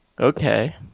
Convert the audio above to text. Okay